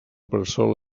bressol